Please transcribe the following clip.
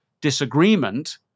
disagreement